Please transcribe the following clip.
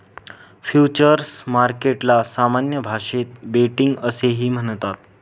futures मार्केटला सामान्य भाषेत बेटिंग असेही म्हणतात